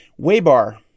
Waybar